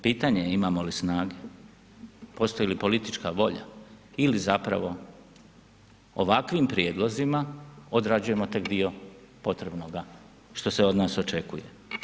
Pitanje je imamo li snage, postoji li politička volja ili zapravo ovakvim prijedlozima odrađujemo tek dio potrebnoga što se od nas očekuje.